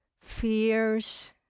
fears